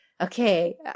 okay